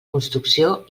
construcció